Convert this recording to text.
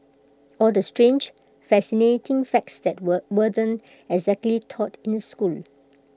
all the strange fascinating facts that weren't exactly taught in school